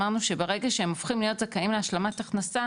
אמרנו שברגע שהם הולכים להיות זכאים להשלמת הכנסה